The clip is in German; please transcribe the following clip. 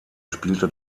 spielte